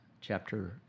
chapter